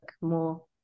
more